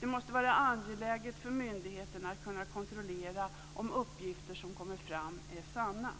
Det måste vara angeläget för myndigheterna att kunna kontrollera om uppgifter som kommit fram är sanna.